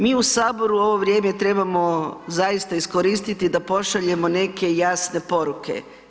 Mi u Saboru u ovo vrijeme trebamo zaista iskoristiti da pošaljemo neke jasne poruke.